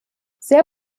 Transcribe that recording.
sehr